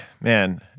man